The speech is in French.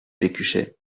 pécuchet